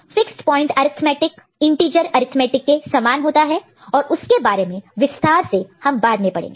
fixed point arithmetic integer arithmetic के समान होता है और उसके बारे में विस्तार से हम बाद में पढ़ेंगे